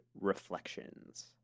Reflections